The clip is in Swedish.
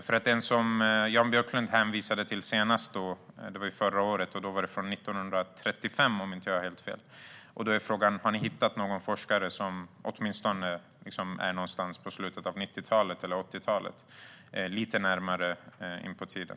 Den forskning som Jan Björklund hänvisade till senast - det var förra året - var från 1935 om jag inte har helt fel. Min fråga är: Har ni hittat någon forskning som åtminstone är från slutet av 90talet eller 80-talet, alltså lite närmare i tiden?